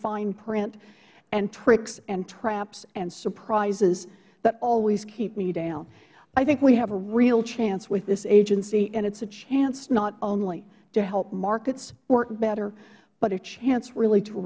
fine print and tricks and traps and surprises that always keep me down i think we have a real chance with this agency and it is a chance not only to help markets work better but a chance really to